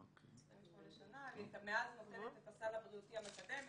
28 שנים, מאז היא נותנת את הסל הבריאותי המקדם.